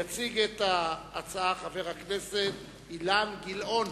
יציג את ההצעה חבר הכנסת אילן גילאון.